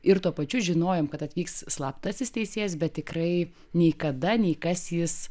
ir tuo pačiu žinojom kad atvyks slaptasis teisėjas bet tikrai nei kada nei kas jis